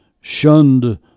shunned